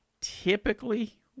Typically